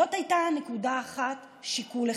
זו הייתה נקודה אחת, שיקול אחד.